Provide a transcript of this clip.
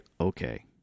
okay